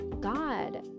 god